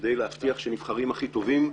כדי להבטיח שנבחרים הכי טובים,